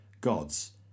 Gods